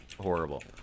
horrible